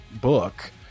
book